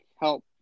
help